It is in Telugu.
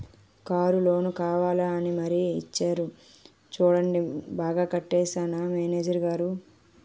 కారు లోను కావాలా అని మరీ ఇచ్చేరు చూడండి బాగా కట్టేశానా మేనేజరు గారూ?